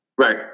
Right